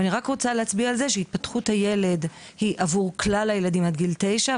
אני רק רוצה להצביע על זה שהתפתחות הילד היא עבור כלל הילדים עד גיל 9,